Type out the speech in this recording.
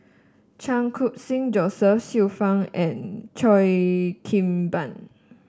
Chan Khun Sing Joseph Xiu Fang and Cheo Kim Ban